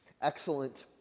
excellent